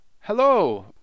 Hello